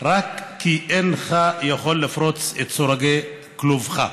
רק כי אינך יכול לפרוץ את סורגי כלובך.